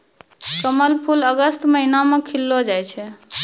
कमल फूल अगस्त महीना मे खिललो जाय छै